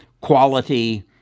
quality